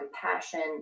compassion